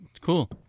Cool